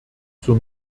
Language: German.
zur